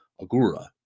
Agura